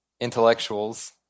intellectuals